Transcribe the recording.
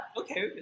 Okay